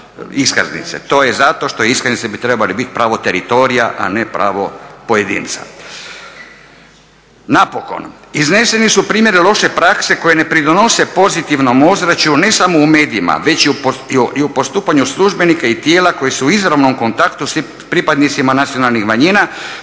To je zato što iskaznice bi trebale biti pravo teritorija, a ne pravo pojedinca. Napokon, izneseni su primjeri loše prakse koji ne pridonose pozitivnom ozračju ne samo u medijima već i u postupanju službenika i tijela koji su u izravnom kontaktu s pripadnicima nacionalnih manjina